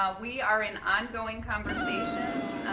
ah we are in ongoing conversations.